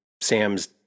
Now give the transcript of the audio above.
Sam's